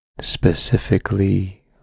specifically